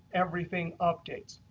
everything updates.